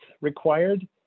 required